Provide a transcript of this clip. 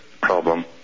problem